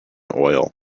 oil